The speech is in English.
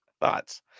Thoughts